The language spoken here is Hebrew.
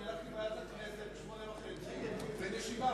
הלכתי לוועדת הכנסת ב-20:30 ואין ישיבה.